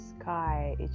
sky